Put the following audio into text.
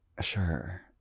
sure